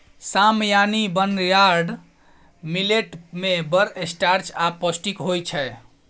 साम यानी barnyard millet मे बड़ स्टार्च आ पौष्टिक होइ छै